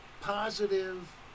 positive